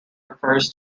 refers